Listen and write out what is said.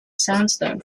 sandstone